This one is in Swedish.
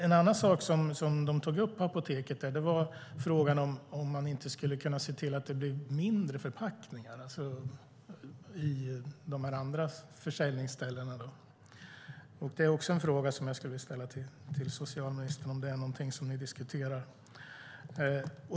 En annan sak som man tog upp på apoteket var om man inte skulle kunna se till att det blev mindre förpackningar på de andra försäljningsställena. Det är också en fråga som jag skulle vilja ställa till socialministern. Är det något som ni diskuterar?